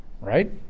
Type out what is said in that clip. right